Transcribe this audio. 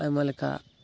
ᱟᱭᱢᱟ ᱞᱮᱠᱟ